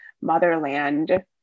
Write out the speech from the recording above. motherland